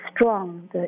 strong